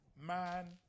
Man